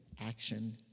action